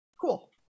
cool